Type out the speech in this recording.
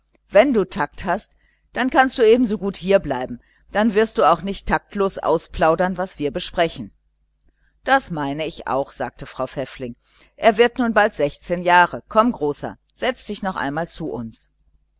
wenn du takt hast dann kannst du ebensogut hier bleiben dann wirst du auch nicht taktlos ausplaudern was wir besprechen das meine ich auch sagte frau pfäffling er wird nun bald sechzehn jahre komm großer setze dich noch einmal zu uns